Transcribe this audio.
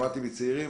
שמעתי מצעירים,